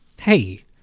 Hey